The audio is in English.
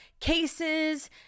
cases